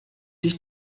dich